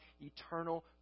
eternal